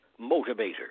motivator